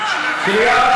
קל מאוד